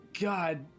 God